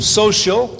social